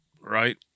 Right